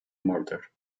murder